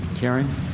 Karen